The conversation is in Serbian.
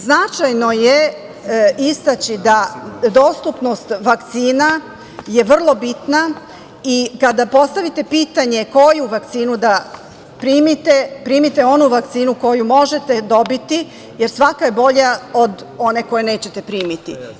Značajno je istaći da je dostupnost vakcina vrlo bitna i kada postavite pitanje koju vakcinu da primite, primite onu vakcinu koju možete dobiti, jer svaka je bolja od one koju nećete primiti.